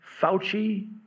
Fauci